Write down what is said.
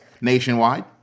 nationwide